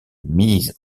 mise